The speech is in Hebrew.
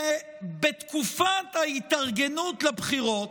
ובתקופת ההתארגנות לבחירות,